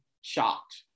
shocked